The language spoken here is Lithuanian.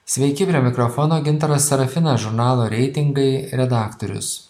sveiki prie mikrofono gintaras serafinas žurnalo reitingai redaktorius